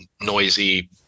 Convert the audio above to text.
noisy